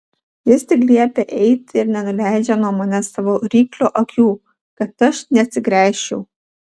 jis tik liepia eiti ir nenuleidžia nuo manęs savo ryklio akių kad aš neatsigręžčiau